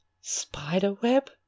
spiderweb